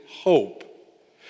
hope